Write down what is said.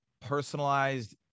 personalized